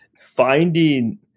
Finding